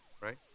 right